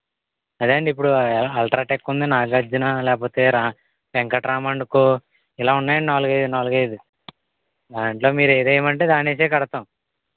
అదేండి ఇప్పుడు అల్ట్రాటెక్ ఉంది నాగార్జున లేకపోతే రాం వెంకటరారామ్ అండ్ కో ఇలా ఉన్నాయి అండి నాలుగు అయిదు నాలుగు అయిదు దాంట్లో మీరు ఏది వేయమంటే దాన్ని వేసే కడతాం